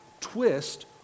twist